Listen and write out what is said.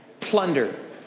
Plunder